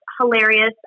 hilarious